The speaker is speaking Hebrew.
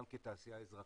גם כתעשייה אזרחית,